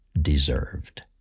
deserved